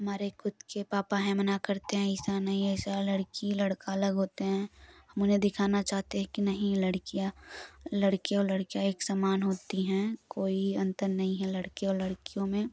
हमारे ख़ुद के पापा हैं मना करते हैं ऐसा नहीं है ऐसा लड़की लड़का अलग होते हैं हम उन्हें दिखाना चाहते हैं कि लड़कियाँ लड़के और लड़कियाँ एक समान होती हैं कोई अंतर नहीं है लड़के और लड़कियों में